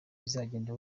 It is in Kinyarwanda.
bizagenda